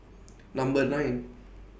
Number nine